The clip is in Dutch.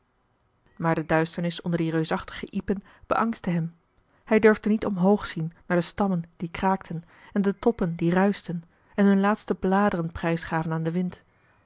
maar de duisternis onder die reusachtige ijpen beangstte hem hij durfde niet omhoog zien naar de stammen die kraakten en de toppen die ruischten en hun laatste bladeren prijsgaven aan den wind